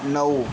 नऊ